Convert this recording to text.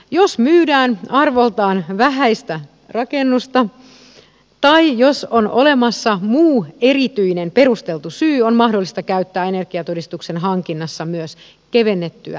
jos myydään arvoltaan vähäistä rakennusta tai jos on olemassa muu erityinen perusteltu syy on mahdollista käyttää energiatodistuksen hankinnassa myös kevennettyä menettelyä